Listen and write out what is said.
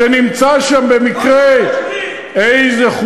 איזה קיר,